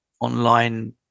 online